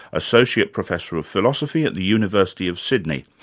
associate professor of philosophy at the university of sydney,